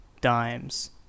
dimes